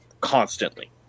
constantly